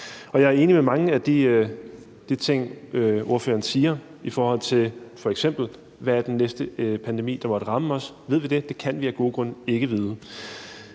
jeg er enig i mange af de ting, ordføreren siger i forhold til f.eks., hvad den næste pandemi, der måtte ramme os, er. Ved vi det? Det kan vi af gode grunde ikke vide.